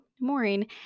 Maureen